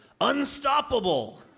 unstoppable